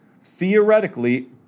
theoretically